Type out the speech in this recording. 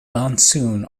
monsoon